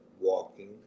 walking